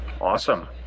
Awesome